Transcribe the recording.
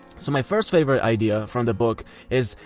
so my first favorite idea from the book is,